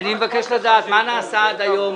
אני מבקש לדעת מה נעשה עד היום.